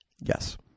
Yes